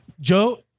Joe